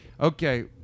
okay